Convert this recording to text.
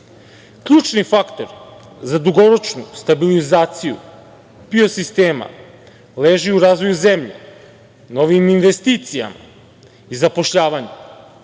možemo. Ključni faktor za dugoročnu stabilizaciju PIO sistema leži u razvoju zemlje, novim investicijama i zapošljavanju.